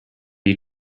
you